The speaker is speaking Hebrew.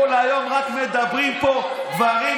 כל היום רק מדברים פה דברים,